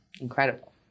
incredible